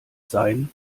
sein